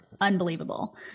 unbelievable